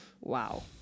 Wow